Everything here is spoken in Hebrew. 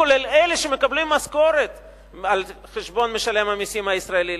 כולל אלה שמקבלים משכורת על חשבון משלם המסים הישראלי,